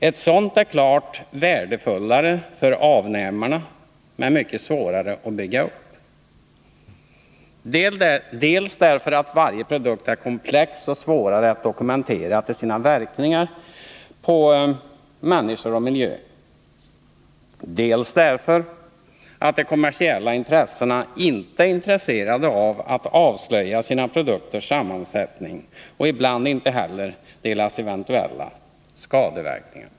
Ett sådant är klart värdefullare för avnämarna men mycket svårare att bygga upp, dels därför att varje produkt är komplex och det är svårare att dokumentera dess verkningar på människor och miljö, dels därför att de kommersiella intressena inte är villiga att avslöja sina produkters sammansättning och ibland inte heller deras eventuella skadeverkningar.